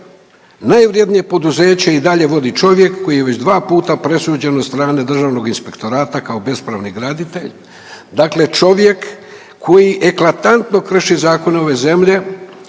najvrijednije poduzeće i dalje vodi čovjek koji je već dva puta presuđen od strane Državnog inspektorata kao bespravni graditelj, dakle čovjek koji eklatantno krši zakone ove zemlje,